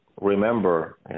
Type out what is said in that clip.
remember